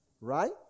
Right